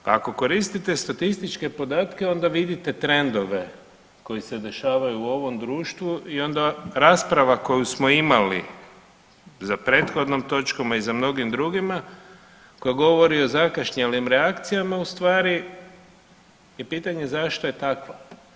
Pa ako koristite statističke podatke onda vidite trendove koji se dešavaju u ovom društvu i onda rasprava koju smo imali za prethodnom točkama i za mnogim drugima koja govori o zakašljelim reakcijama u stvari je pitanje zašto je takva.